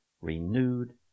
renewed